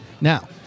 now